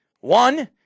One